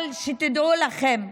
אבל שתדעו לכם,